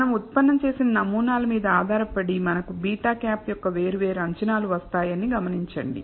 మనం ఉత్పన్నం చేసిన నమూనాలు మీద ఆధారపడి మనకు β̂ యొక్క వేరు వేరు అంచనాలు వస్తాయని అని గమనించండి